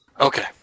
Okay